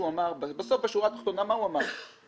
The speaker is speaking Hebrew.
בסוף בשורה התחתונה מה הוא אמר?